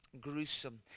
gruesome